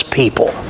people